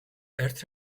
ერთ